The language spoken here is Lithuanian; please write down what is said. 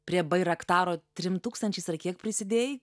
prie bairaktaro trim tūkstančiais ar kiek prisidėjai